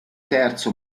terzo